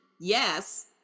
yes